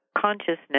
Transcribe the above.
consciousness